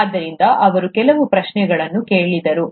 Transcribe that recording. ಆದ್ದರಿಂದ ಅವರು ಕೆಲವು ಪ್ರಶ್ನೆಗಳನ್ನು ಕೇಳಿದರು